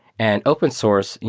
and open source,